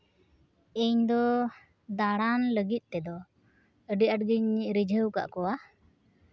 ᱤᱧᱫᱚ ᱫᱟᱬᱟᱱ ᱞᱟᱹᱜᱤᱫ ᱛᱮᱫᱚ ᱟᱹᱰᱤ ᱟᱸᱴ ᱜᱤᱧ ᱨᱤᱡᱷᱟᱹᱣ ᱟᱠᱟᱫ ᱠᱚᱣᱟ